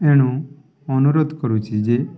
ଏଣୁ ଅନୁରୋଧ କରୁଛିି ଯେ